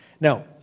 Now